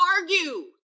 argue